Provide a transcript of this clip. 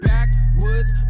Backwoods